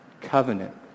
covenant